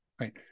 right